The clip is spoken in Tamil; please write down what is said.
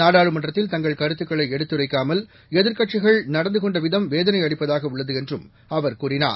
நாடாளுமன்றத்தில் தங்கள் கருத்தக்களை எடுத்துரைக்காமல் எதிர்க்கட்சிகள் நடந்து கொண்டு விதம் வேதனை அளிப்பதாக உள்ளது என்றும் அவர் கூறினார்